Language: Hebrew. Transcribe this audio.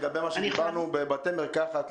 לגבי מה שדיברנו על בתי מרקחת,